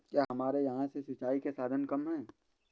क्या हमारे यहाँ से सिंचाई के साधन कम है?